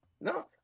no